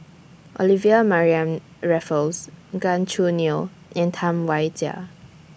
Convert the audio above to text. Olivia Mariamne Raffles Gan Choo Neo and Tam Wai Jia